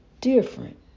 different